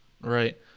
Right